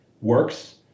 works